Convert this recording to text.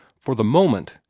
for the moment,